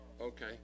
Okay